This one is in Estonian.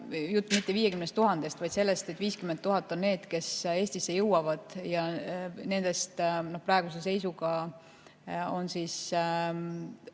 jutt mitte 50 000-st, vaid sellest, et 50 000 neid inimesi, kes Eestisse jõuavad, ja nendest praeguse seisuga on umbes